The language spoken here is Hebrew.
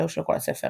לא של כל הספר.